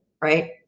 Right